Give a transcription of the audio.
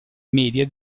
media